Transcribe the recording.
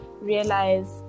realize